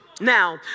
Now